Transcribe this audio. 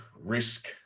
risk